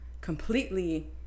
completely